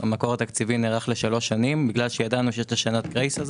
המקור התקציבי נערך לשלוש שנים בגלל שידענו שיש שנת גרייס.